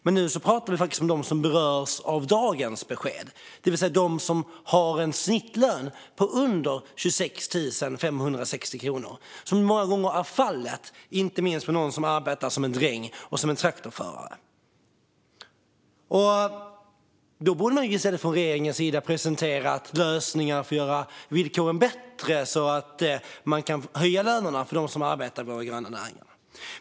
Men nu pratar vi om dem som berörs av dagens besked, det vill säga de som har en snittlön på under 26 560 kronor, vilket många gånger är fallet, inte minst för dem som arbetar som drängar och traktorförare. Man borde i stället från regeringens sida presentera lösningar för att göra villkoren bättre, så att lönerna kan höjas för dem som arbetar i våra gröna näringar.